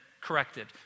corrected